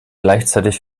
gleichzeitig